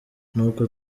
nuko